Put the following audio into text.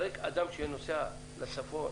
הרי אדם שנוסע לצפון,